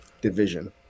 division